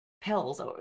pills